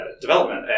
development